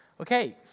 Okay